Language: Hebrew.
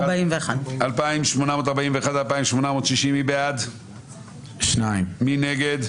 3 בעד, 9 נגד,